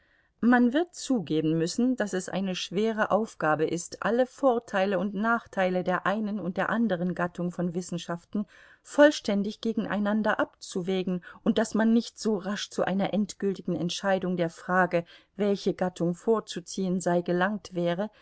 man wird zugeben müssen daß es eine schwere aufgabe ist alle vorteile und nachteile der einen und der anderen gattung von wissenschaften vollständig gegeneinander abzuwägen und daß man nicht so rasch zu einer endgültigen entscheidung der frage welche gattung vorzuziehen sei gelangt wäre